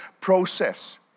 process